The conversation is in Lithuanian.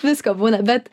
visko būna bet